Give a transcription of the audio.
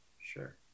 Sure